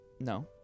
no